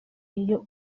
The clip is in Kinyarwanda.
iyo